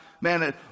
man